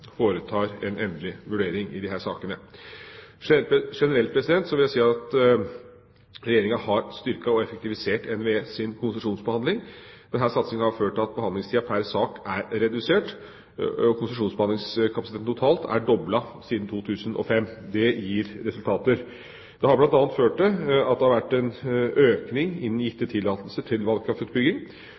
foretar en endelig vurdering i disse sakene. Generelt vil jeg si at Regjeringa har styrket og effektivisert NVEs konsesjonsbehandling. Denne satsinga har ført til at behandlingstida pr. sak er redusert, og konsesjonsbehandlingskapasiteten totalt er doblet siden 2005. Det gir resultater. Det har bl.a. ført til at det har vært en økning innen gitte tillatelser til vannkraftutbygging, og at det i perioden 2006–2009 ble gitt tillatelse til